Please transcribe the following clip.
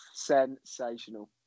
Sensational